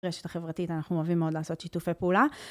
רשת החברתית, אנחנו אוהבים מאוד לעשות שיתופי פעולה.